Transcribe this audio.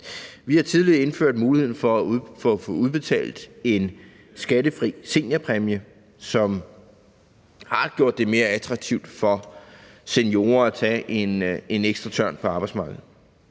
Vi har tidligere indført muligheden for at få udbetalt en skattefri seniorpræmie, som har gjort det mere attraktivt for seniorer at tage en ekstra tørn på arbejdsmarkedet.